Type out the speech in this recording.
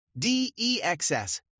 DEXS